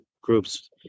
groups